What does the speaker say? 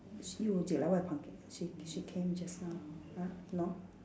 she she came just now !huh! no